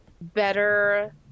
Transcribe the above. better